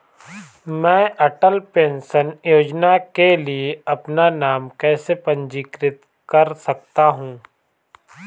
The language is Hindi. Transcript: मैं अटल पेंशन योजना के लिए अपना नाम कैसे पंजीकृत कर सकता हूं?